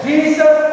Jesus